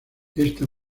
esta